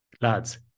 lads